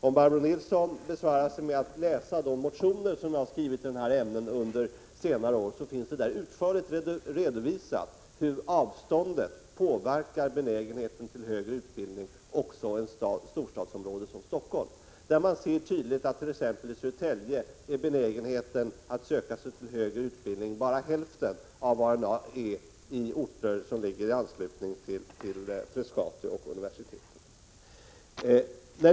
Om Barbro Nilsson besvärar sig med att läsa de motioner som jag skrivit i detta ämne under senare år, finner hon där utförligt redovisat hur avståndet påverkar benägenheten till högre utbildning också i ett storstadsområde som Stockholm. Man ser tydligt att benägenheten att söka sig till en högre utbildning t.ex. i Södertälje bara är hälften av vad den är i orter som ligger i anslutning till Frescati och universitetet.